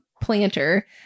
planter